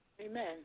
Amen